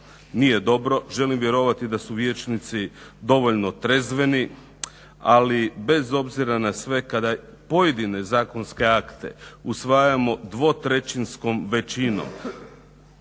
nije dobro. želim vjerovati da su vijećnici dovoljno trezveni ali bez obzira na sve kada pojedine zakonske akte usvajamo dvotrećinskom većinom,